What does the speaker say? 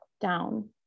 down